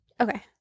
Okay